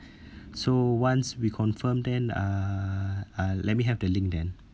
so once we confirmed then uh uh let me have the link then